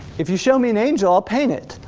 if you show me an angel, i'll paint it.